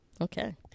okay